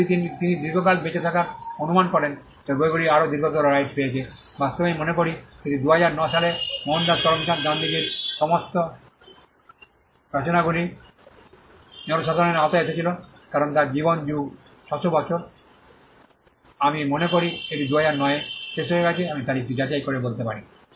এবং যদি তিনি দীর্ঘকাল বেঁচে থাকার অনুমান করেন তবে বইগুলি আরও দীর্ঘতর রাইটস পেয়েছে বাস্তবে আমি মনে করি এটি 2009 সালে মোহনদাস করমচাঁদ গান্ধী গান্ধীজির সমস্ত রচনাগুলি জনসাধারণের আওতায় এসেছিল কারণ তাঁর জীবনযুগা 600 বছর আমি মনে করি এটি 2009 এ শেষ হয়ে গেছে আমি তারিখটি যাচাই করে বলতে পারি